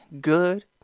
good